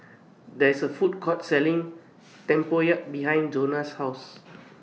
There IS A Food Court Selling Tempoyak behind Jonah's House